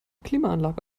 klimaanlage